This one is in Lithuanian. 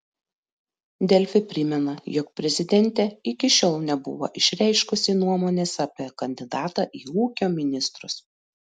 delfi primena jog prezidentė iki šiol nebuvo išreiškusi nuomonės apie kandidatą į ūkio ministrus